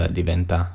diventa